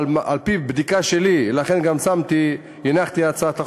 אבל על-פי בדיקה שלי, ולכן גם הנחתי את הצעת החוק,